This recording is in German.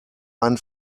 ein